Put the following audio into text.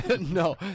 No